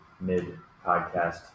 mid-podcast